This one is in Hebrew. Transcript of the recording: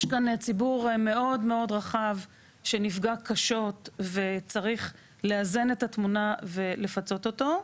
יש כאן ציבור מאוד רחב שנפגע קשות וצריך לאזן את התמונה ולפצות אותו.